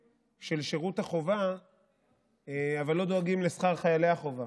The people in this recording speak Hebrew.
שירות החובה אבל לא דואגים לשכר חיילי החובה.